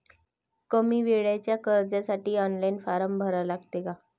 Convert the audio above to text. कमी वेळेच्या कर्जासाठी ऑनलाईन फारम भरा लागते का?